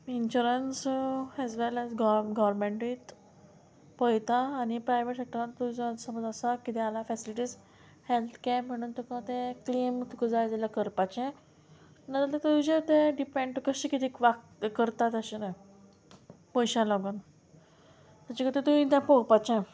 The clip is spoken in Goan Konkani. insurance as well as go गोवर्नमेंटूय पयता आनी प्रायवेट सॅक्टरान तुजो समज आसा किदें जाल्यार फॅसिलिटीज हेल्थ कॅअर म्हणून तुका ते क्लेम तुका जाय जाल्यार करपाचें ना जाल्यार तुजें तें डिपेंड तुका कशें किदें वा करतात तशें तें पयशां लागून ताचे खाती तुवें तें पोवपाचें